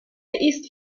ist